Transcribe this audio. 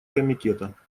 комитета